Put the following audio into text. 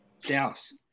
Dallas